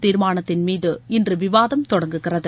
தீர்மானத்தின்மீது இன்று விவாதம் தொடங்குகிறது